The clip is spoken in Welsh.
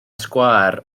sgwâr